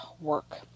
work